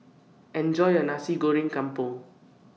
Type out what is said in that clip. Enjoy your Nasi Goreng Kampung